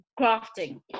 crafting